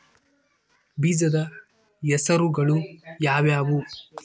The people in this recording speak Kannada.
ಬೇಜದ ಹೆಸರುಗಳು ಯಾವ್ಯಾವು?